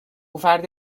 فردی